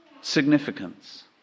significance